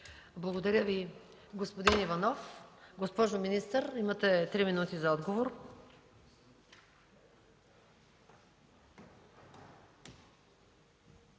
Благодаря Ви, господин Иванов. Госпожо министър, имате 3 минути за отговор